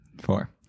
Four